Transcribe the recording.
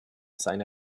seine